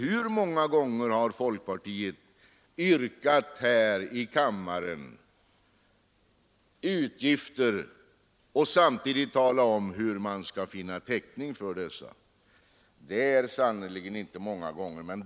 Hur många gånger har folkpartiet här i kammaren yrkat på utgifter och samtidigt talat om hur man skall finna täckning för dem? Det är sannerligen inte många gånger.